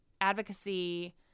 advocacy